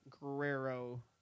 guerrero